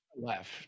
left